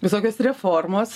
visokios reformos